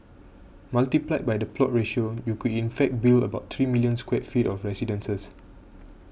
multiplied by the plot ratio you could in fact build about three million square feet of residences